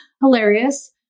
hilarious